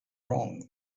wrong